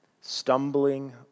stumbling